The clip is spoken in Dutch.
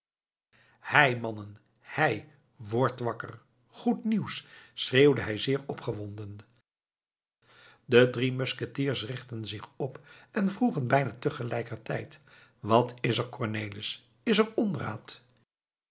hei mannen hei wordt wakker goed nieuws schreeuwde hij zeer opgewonden de drie musketiers richtten zich op en vroegen bijna te gelijkertijd wat is er cornelis is er